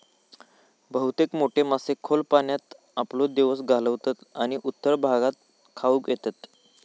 बहुतेक मोठे मासे खोल पाण्यात आपलो दिवस घालवतत आणि उथळ भागात खाऊक येतत